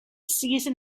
season